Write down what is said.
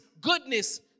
goodness